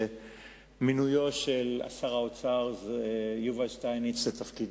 מינויו של שר האוצר יובל שטייניץ לתפקידו.